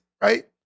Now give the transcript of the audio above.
right